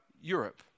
Europe